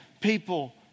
people